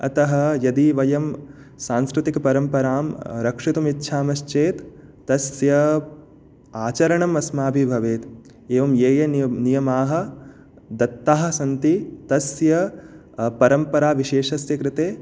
अतः यदि वयं सांस्कृतिकपरम्परां रक्षितुं इच्छामश्चेत् तस्य आचरणमस्माभिः भवेत् एवं ये ये नि नियमाः दत्ताः सन्ति तस्य परम्पराविशेषस्य कृते